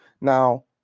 Now